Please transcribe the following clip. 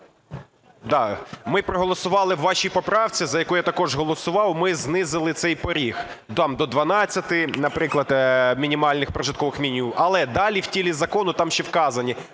Ми проголосували в вашій поправці, за яку я також голосував, ми знизили цей поріг до 12-и, наприклад, мінімальних прожиткових мінімумів, але далі в тілі закону там ще вказані